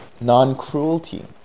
non-cruelty